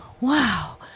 Wow